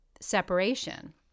separation